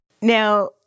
Now